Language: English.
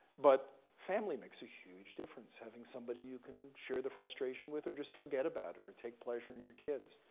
but family makes a huge difference. having somebody you can share the frustration with, or just forget about it, or take pleasure in your kids.